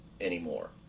anymore